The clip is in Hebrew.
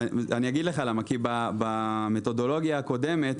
במתודולוגיה הקודמת,